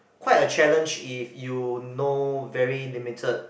quite a challenge if you know very limited